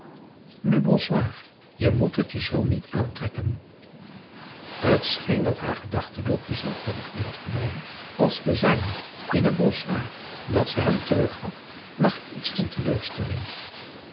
nu bonsoir je moet het je zoo niet aantrekken t scheen dat haar gedachtenloop dezelfde richting had genomen als de zijne in het bonsoir dat ze hem terug gaf lag iets van teleurstelling